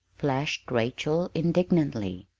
flashed rachel indignantly.